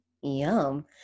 yum